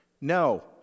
No